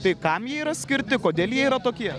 tai kam jie yra skirti kodėl jie yra tokie